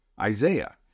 Isaiah